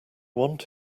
want